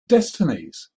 destinies